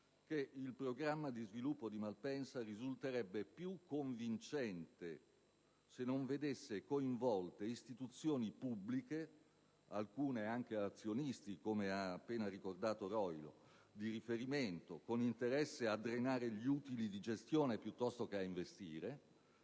che il programma di sviluppo di Malpensa risulterebbe più convincente se non vedesse coinvolte istituzioni pubbliche, alcune anche azioniste di riferimento (come ha appena ricordato il senatore Roilo), con interesse a drenare gli utili di gestione piuttosto che a investire.